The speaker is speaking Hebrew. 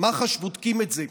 מח"ש בודקים את זה.